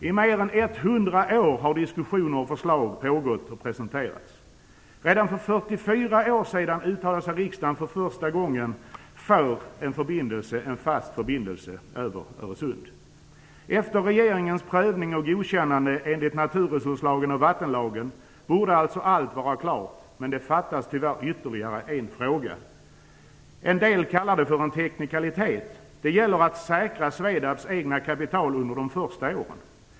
I mer än 100 år har diskussioner pågått och förslag presenterats. Redan för 44 år sedan uttalade sig riksdagen för första gången för en fast förbindelse över Öresund. Efter regeringens prövning och godkännande enligt naturresurslagen och vattenlagen borde allt vara klart, men det fattas tyvärr ytterligare en fråga. En del kallar det för en teknikalitet. Det gäller att säkra det egna kapitalet i SVEDAB under de första åren.